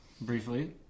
Briefly